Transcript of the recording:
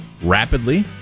Rapidly